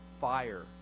fire